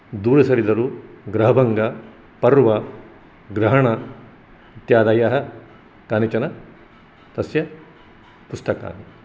दूरसरिदरु गृहभङ्ग पर्व ग्रहण इत्यादयः कानिचन तस्य पुस्तकानि